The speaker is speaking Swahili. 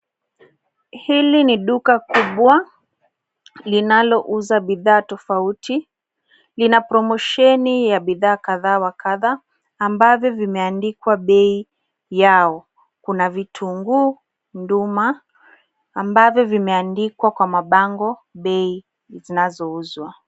Hili ni duka kubwa linalouza bidhaa tofauti. Lina promosheni ya bidhaa kadhaa wa kadhaa ambavyo vimeandikwa bei yao. Kuna vitunguu, nduma ambavyo vimeandikwa kwa mabango bei zinazouzwa.